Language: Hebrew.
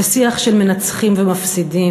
זה שיח של מנצחים ומפסידים,